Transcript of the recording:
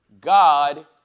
God